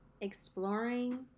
exploring